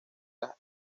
las